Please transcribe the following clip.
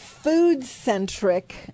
Food-centric